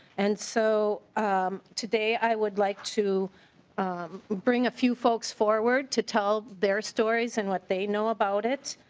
and so today i would like to um bring a few folks forward to tell their stories and what they know about it.